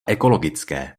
ekologické